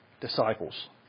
disciples